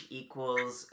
equals